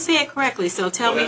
see it correctly so tell me